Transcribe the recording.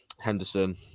Henderson